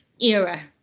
era